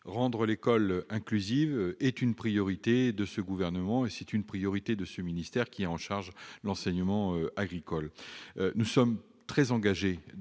Rendre l'école inclusive est une priorité du Gouvernement et de mon ministère, qui est chargé de l'enseignement agricole. Nous sommes très engagés dans